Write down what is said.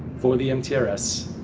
for the mtrs,